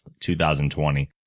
2020